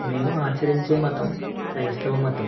మేము ఆచరించే మతం క్రైస్తవ మతం